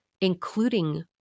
including